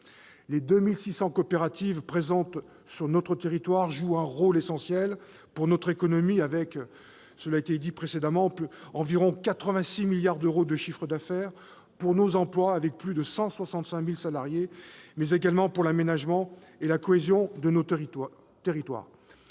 Les 2 600 coopératives présentes sur notre territoire jouent un rôle essentiel pour notre économie, cela a été dit, avec environ 86 milliards d'euros de chiffres d'affaires, pour nos emplois avec près de 165 000 salariés, mais également pour l'aménagement et la cohésion de nos territoires.